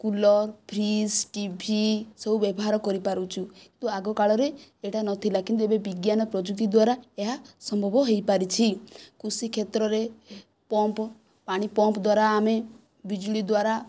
cooler fridge TV ସବୁ ବ୍ୟବହାର କରିପାରୁଛୁ କିନ୍ତୁ ଆଗ କାଳରେ ଏଇଟା ନଥିଲା କିନ୍ତୁ ଏବେ ବିଜ୍ଞାନ ପ୍ରଯୁକ୍ତି ଦ୍ୱାରା ଏହା ସମ୍ଭବ ହୋଇପାରିଛି କୃଷି କ୍ଷେତ୍ରରେ ପମ୍ପ୍ ପାଣିପମ୍ପ୍ ଦ୍ୱାରା ଆମେ ବିଜୁଳି ଦ୍ୱାରା